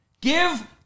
Give